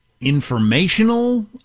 informational